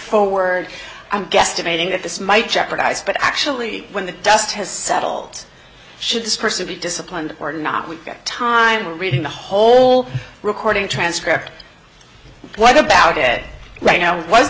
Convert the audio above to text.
forward i'm guesstimating that this might jeopardize but actually when the dust has settled should this person be disciplined or not we've got time reading the whole recording transcript what about it right now w